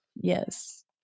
Yes